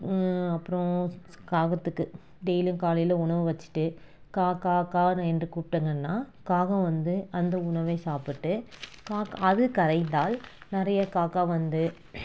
அப்புறம் காகத்துக்கு டெய்லியும் காலையில் உணவு வைச்சுட்டு கா கா கானு என்று கூப்பிட்டாங்கன்னா காகம் வந்து அந்த உணவை சாப்பிட்டு காக் அது கரைந்தால் நிறையா காக்கா வந்து